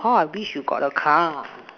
how I wish you got a car